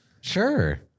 sure